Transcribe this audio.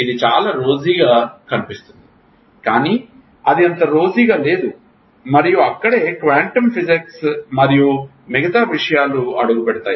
ఇది చాలా రోజీగా కనిపిస్తుంది కానీ అది అంత రోజీగా లేదు మరియు అక్కడే క్వాంటం ఫిజిక్స్ మరియు మిగతా విషయాలు అడుగు పెట్టాయి